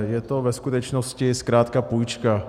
Je to ve skutečnosti zkrátka půjčka.